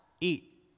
eat